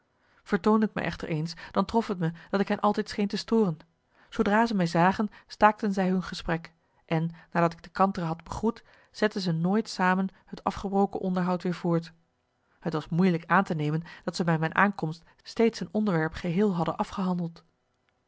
vertoonde ik me echter eens dan trof t me dat ik hen altijd scheen te storen zoodra ze mij zagen staakten zij hun gesprek en nadat ik de kantere had begroet zetten ze nooit samen het afgebroken onderhoud weer voort t was moeilijk aan te nemen dat ze bij mijn aankomst steeds een onderwerp geheel hadden afgehandeld